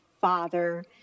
father